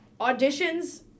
Auditions